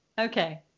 Okay